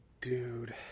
dude